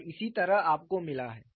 और इसी तरह आपको मिला है